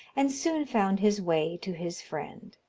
and soon found his way to his friend.